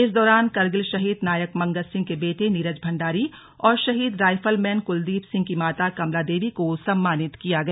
इस दौरान करगिल शहीद नायक मंगत सिंह के बेटे नीरज भण्डारी और शहीद राइफल मैन कुलदीप सिंह की माता कमला देवी को सम्मानित किया गया